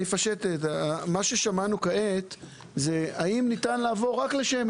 מה ששמענו כעת זה את השאלה: האם ניתן לעבור רק לשמן?